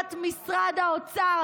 הנחיית משרד האוצר.